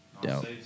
doubt